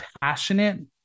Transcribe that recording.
passionate